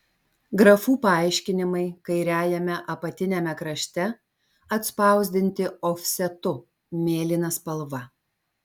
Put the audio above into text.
grafų paaiškinimai kairiajame apatiniame krašte atspausdinti ofsetu mėlyna spalva